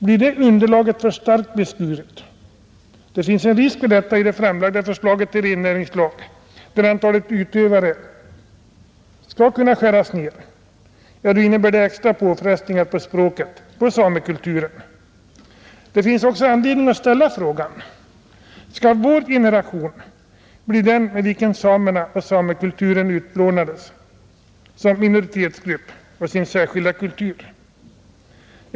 Blir det underlaget för starkt beskuret — det finns en risk för detta i det framlagda förslaget till rennäringslag enligt vilket antalet utövare skall kunna skäras ner — ja, då innebär det extra påfrestningar på språket, på samekulturen. Det finns också anledning att ställa frågan: Skall vår generation bli den med vilken samerna och samekulturen utplånades som minoritetsgrupp och med sin särskilda kultur?